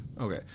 Okay